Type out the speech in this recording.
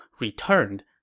returned